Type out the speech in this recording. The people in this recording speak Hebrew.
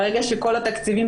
ברגע שכל התקציבים,